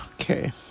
Okay